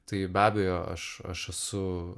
tai be abejo aš aš esu